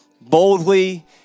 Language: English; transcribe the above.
boldly